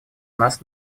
нас